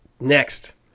Next